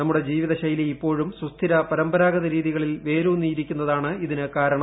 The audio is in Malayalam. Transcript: നമ്മുടെ ജീവിതശൈലി ഇപ്പോഴും സുസ്ഥിര പരമ്പരാഗത രീതികളിൽ വേരൂന്നിയിരിക്കുന്നതാണ് ഇതിന് കാരണം